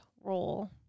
role